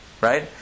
right